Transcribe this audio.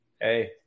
hey